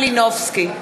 מלינובסקי,